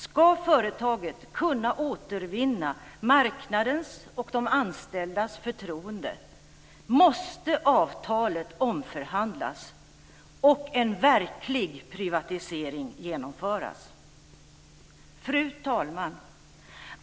Ska företaget kunna återvinna marknadens och de anställdas förtroende måste avtalet omförhandlas och en verklig privatisering genomföras. Fru talman!